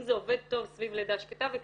אם